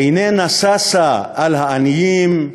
איננה ששה על העניים,